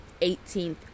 18th